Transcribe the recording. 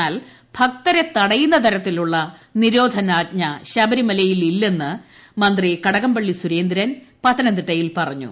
എന്നാൽ ഭക്തരെ തടയുന്ന തരത്തിലുള്ള നിരോധനാജ്ഞ ശബരിമലയിൽ ഇല്ലെന്ന് മന്ത്രി കടകംപള്ളി സുരേന്ദ്രൻ പത്തനംതിട്ടയിൽ പറഞ്ഞു